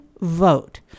vote